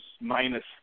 minus